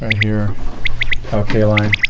right here. al kaline.